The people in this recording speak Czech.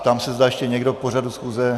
Ptám se, zda ještě někdo k pořadu schůze.